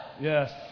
Yes